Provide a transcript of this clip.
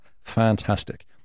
fantastic